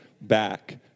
back